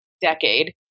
decade